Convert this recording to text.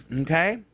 okay